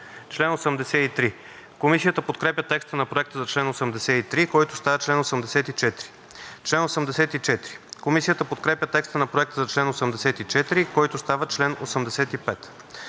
„чл. 80“. Комисията подкрепя текста на Проекта за чл. 81, който става чл. 82. Комисията подкрепя текста на Проекта за чл. 82, който става чл. 83,